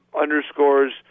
underscores